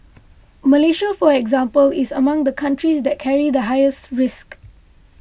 Malaysia for example is among the countries that carry the highest risk